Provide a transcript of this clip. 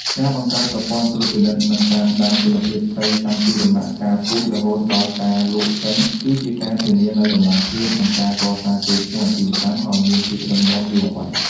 ការបង្កើតប្រព័ន្ធត្រួតពិនិត្យ និងតាមដានគុណភាពត្រីតាំងពីដំណាក់កាលពូជរហូតដល់ការលក់ចេញ គឺជាការធានានូវតម្លាភាព និងការកសាងកេរ្តិ៍ឈ្មោះអាជីវកម្មឱ្យមានភាពរឹងមាំយូរអង្វែង។